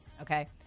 okay